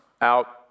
Out